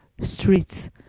streets